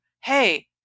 hey